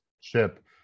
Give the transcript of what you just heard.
ship